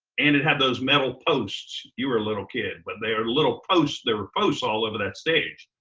and it had those metal posts. you were a little kid, but they are little posts. there were posts all over that stage.